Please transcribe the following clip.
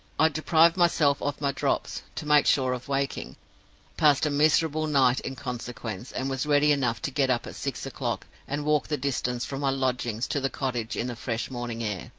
i deprived myself of my drops, to make sure of waking passed a miserable night in consequence and was ready enough to get up at six o'clock, and walk the distance from my lodgings to the cottage in the fresh morning air.